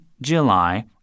July